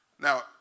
Now